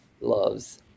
loves